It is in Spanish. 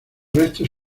restos